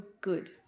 good